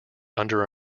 under